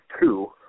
two